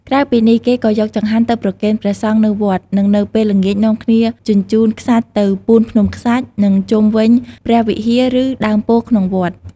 ក្រៅពីនេះ គេក៏យកចង្ហាន់ទៅប្រគេនព្រះសង្ឃនៅវត្ត និងនៅពេលល្ងាចនាំគ្នាជញ្ជូនខ្សាច់ទៅ ពូនភ្នំខ្សាច់ នៅជុំវិញព្រះវិហារ ឬ ដើមពោធិ៍ក្នុងវត្ត។